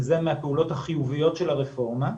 וזה מהפעולות החיוביות של הרפורמה.